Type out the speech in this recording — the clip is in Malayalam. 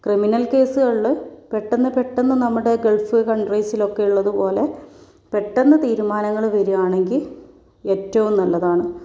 ക്രിമിനൽ കേസുകളിൽ പെട്ടന്ന് പെട്ടന്ന് നമ്മുടെ ഗൾഫ് കൺട്രീസിലൊക്കെ ഉള്ളതുപോലെ പെട്ടെന്ന് തീരുമാനങ്ങൾ വരികയാണെങ്കിൽ ഏറ്റവും നല്ലതാണ്